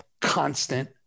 constant